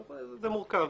זה מורכב.